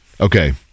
okay